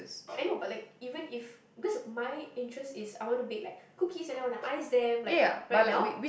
I know but like even if because my interest is I want to bake like cookies and I wanna ice them like right now